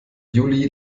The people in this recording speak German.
juli